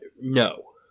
No